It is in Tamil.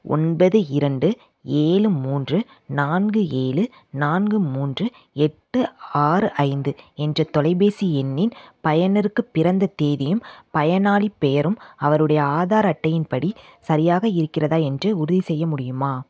ஒன்பது இரண்டு ஏழு மூன்று நான்கு ஏழு நான்கு மூன்று எட்டு ஆறு ஐந்து என்ற தொலைபேசி எண்ணின் பயனருக்கு பிறந்த தேதியும் பயனாளிப் பெயரும் அவருடைய ஆதார் அட்டையின் படி சரியாக இருக்கிறதா என்று உறுதிசெய்ய முடியுமா